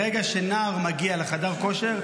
ברגע שנער מגיע לחדר כושר,